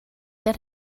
that